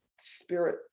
spirit